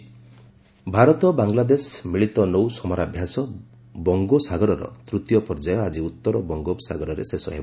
ନୌ ସମରାଭ୍ୟାସ ଭାରତ ବାଂଲାଦେଶ ମିଳିତ ନୌ ସମରାଭ୍ୟାସ 'ବଙ୍ଗୋସାଗର'ର ତ୍ତୀୟ ପର୍ଯ୍ୟାୟ ଆଜି ଉତ୍ତର ବଙ୍ଗୋପସାଗରରେ ଶେଷ ହେବ